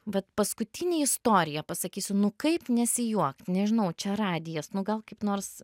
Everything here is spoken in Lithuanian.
bet paskutinę istoriją pasakysiu nu kaip nesijuok nežinau čia radijas nu gal kaip nors